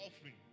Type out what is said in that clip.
offering